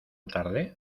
tarde